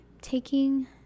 taking